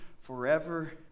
forever